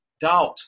doubt